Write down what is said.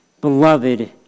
Beloved